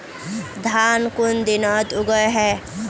धान कुन दिनोत उगैहे